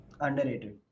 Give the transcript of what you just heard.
Underrated